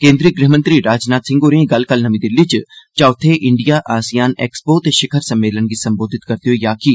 केन्द्री गृहमंत्री राजनाथ सिंह होरें एह गल्ल कल नर्मी दिल्ली च चौथे इंडिया आसियान एक्सपो ते शिखर सम्मेलन गी सम्बोधित करदे होई आक्खी